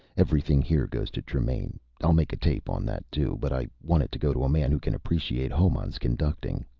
everything here goes to tremaine. i'll make a tape on that, too. but i want it to go to a man who can appreciate hohmann's conducting.